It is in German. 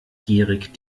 gierig